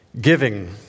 giving